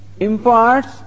imparts